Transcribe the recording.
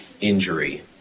injury